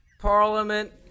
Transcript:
parliament